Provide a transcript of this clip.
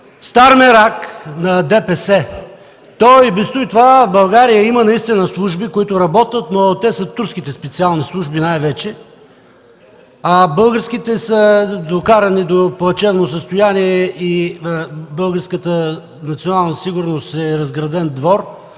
стар мерак на ДПС. То и без туй в България наистина има служби, които работят, но те са турските специални служби най-вече, а българските са докарани до плачевно състояние, и българската национална сигурност е разграден двор,